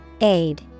Aid